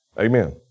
Amen